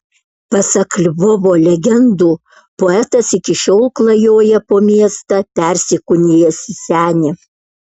pasak lvovo legendų poetas iki šiol klajoja po miestą persikūnijęs į senį